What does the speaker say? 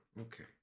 Okay